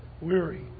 weary